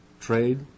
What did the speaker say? trade